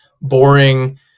boring